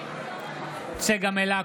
צגה מלקו,